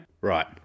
Right